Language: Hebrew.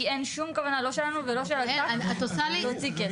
כי אין שום כוונה לא שלנו ולא של את"ק להוציא כסף.